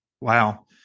Wow